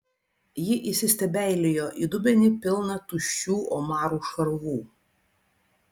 ji įsistebeilijo į dubenį pilną tuščių omarų šarvų